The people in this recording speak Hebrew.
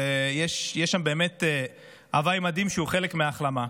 ויש שם באמת הווי מדהים שהוא חלק מההחלמה.